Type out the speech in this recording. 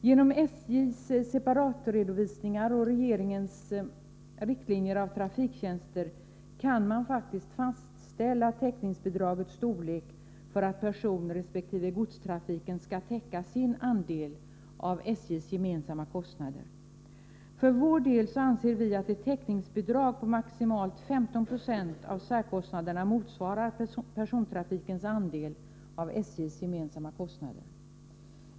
Genom SJ:s separatredovisningar och regeringens riktlinjer för trafiktjänster kan man fastställa täckningsbidragets storlek för att personresp. godstrafiken skall täcka sin andel av SJ:s gemensamma kostnader. För vår del anser vi att ett täckningsbidrag på maximalt 1596 av särkostnaderna motsvarar persontrafikens andel av SJ:s gemensamma kostnader.